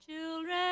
children